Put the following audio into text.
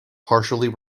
partially